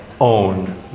own